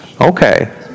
Okay